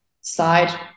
side